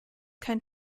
kein